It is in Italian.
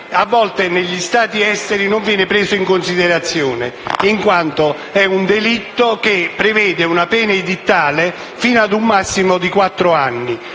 a volte negli Stati esteri non viene preso in considerazione in quanto è un delitto che prevede una pena edittale fino ad un massimo di quattro anni